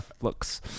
looks